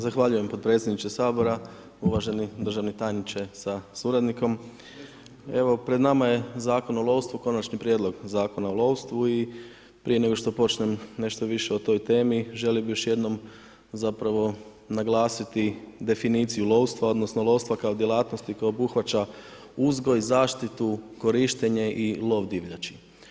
Zahvaljujem predsjedniče Sabora, uvaženi državni tajniče sa suradnikom, evo pred nama je Zakon o lovstvu, Konačni prijedlog Zakona o lovstvu i prije nego što počnem nešto više o toj temi želio bih još jednom naglasiti definiciju lovstva odnosno lovstva kao djelatnosti koja obuhvaća uzgoj, zaštitu, korištenje i lov divljači.